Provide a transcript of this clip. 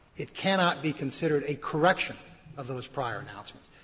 it cannot be considered a correction of those prior announcements.